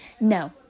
No